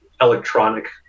electronic